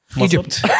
Egypt